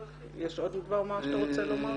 יש עוד דבר מה שאתה רוצה לומר?